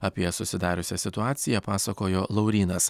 apie susidariusią situaciją pasakojo laurynas